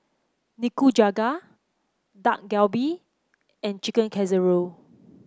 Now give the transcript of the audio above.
Nikujaga Dak Galbi and Chicken Casserole